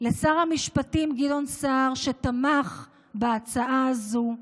מאוד לשר המשפטים גדעון סער, שתמך בהצעה הזו,